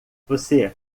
você